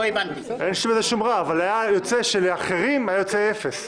אין שום רע, אבל היה יוצא שלאחרים היה יוצא אפס.